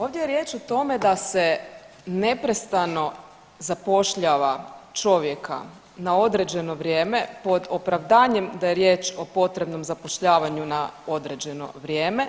Ovdje je riječ o tome da se neprestano zapošljava čovjeka na određeno vrijeme pod opravdanjem da je riječ o potrebnom zapošljavanju na određeno vrijeme